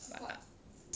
but